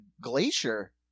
glacier